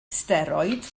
steroid